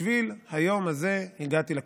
בשביל היום הזה הגעתי לכנסת.